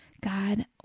God